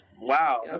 Wow